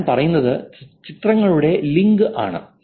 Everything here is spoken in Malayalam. ഞാൻ പറയുന്നത് ചിത്രങ്ങളുടെ ലിങ്ക് ആണ്